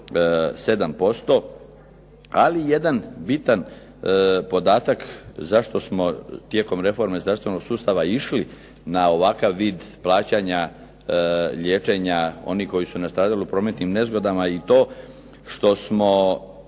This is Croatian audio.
7%. Ali jedan bitan podatak zašto smo tijekom reforme zdravstvenog sustava išli na ovakav vid plaćanja liječenja onih koji su nastradali u prometnim nezgodama i to što smo